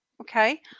okay